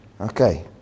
Okay